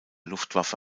luftwaffe